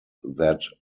that